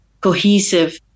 cohesive